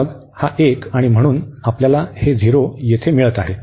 मग हा एक आणि म्हणून आपल्याला हे झिरो येथे मिळत आहे